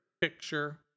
picture